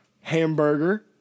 Hamburger